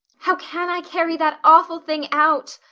how can i carry that awful thing out?